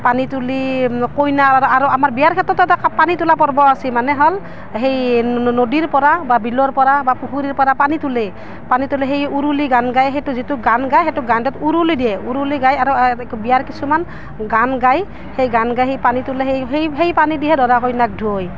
পানী তুলি কইনা আৰু আৰু আমাৰ বিয়াৰ ক্ষেত্ৰতো এটা কাপ পানী তোলা পৰ্ব আছে মানে হ'ল সেই নদীৰপৰা বা বিলৰ পৰা বা পুখুৰীৰপৰা পানী তোলে পানী তুলি সেই উৰুলি গান গায় সেইটো যিটো গান গায় সেইটো গানটোত উৰুলি দিয়ে উৰুলি গায় আৰু বিয়াৰ কিছুমান গান গাই সেই গান গাই সেই পানী তোলে সেই সেই সেই পানী দিহে দৰা কইনাক ধুৱাই